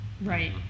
Right